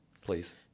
please